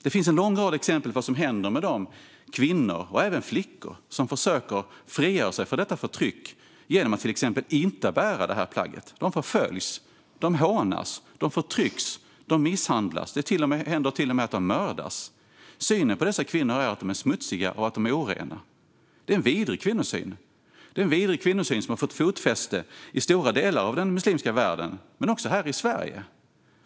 Det finns en lång rad exempel på vad som händer med kvinnor och även flickor som försöker frigöra sig från detta förtryck genom att till exempel inte bära plagget. De förföljs, de hånas, de förtrycks och de misshandlas. Det händer till och med att de mördas. Synen på dessa kvinnor är att de är smutsiga och orena. Det är en vidrig kvinnosyn som har fått fäste i stora delar av den muslimska världen men också här i Sverige.